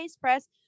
Press